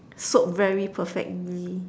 soap very perfectly